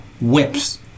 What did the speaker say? whips